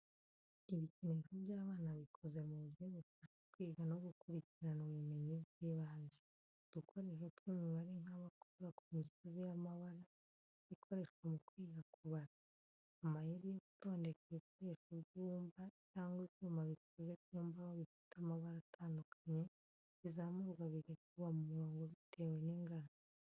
Ibikinisho by’abana bikoze mu buryo bufasha kwiga no gukurikirana ubumenyi bw’ibanze. Udukoresho tw’imibare nk'abakora ku misozi y’amabara ikoreshwa mu kwiga kubara. Amayeri yo gutondeka, ibikoresho by’ibyuma cyangwa ibyuma bikoze mu mbaho bifite amabara atandukanye, bizamurwa bigashyirwa mu murongo bitewe n’ingano.